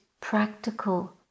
practical